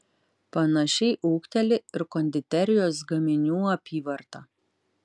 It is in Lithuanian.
panašiai ūgteli ir konditerijos gaminių apyvarta